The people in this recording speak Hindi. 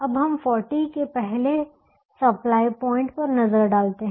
अब हम 40 के पहले सप्लाई प्वाइंट पर नजर डालते हैं